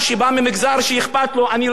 אני לא רואה שום תוכניות על המגזר הדרוזי.